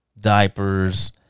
Diapers